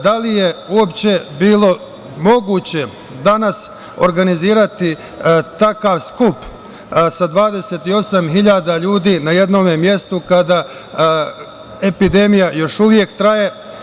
Da li je uopšte bilo moguće danas organizovati takav skup sa 28.000 ljudi na jednom mestu, kada epidemija još uvek traje?